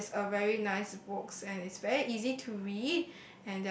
it is a very nice books and it's very easy to read